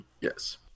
Yes